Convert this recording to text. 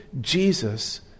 Jesus